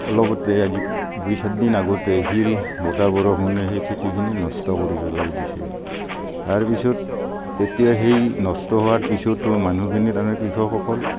অলপতে আজি দুই চাৰিদিন আগতে শিল বতাহ বৰষুণে সেই খেতিখিনি নষ্ট কৰি পেলাই দিছে তাৰপিছত এতিয়া সেই নষ্ট হোৱাৰ পিছতো মানুহখিনি তাৰমানে কৃষকসকল